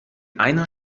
einer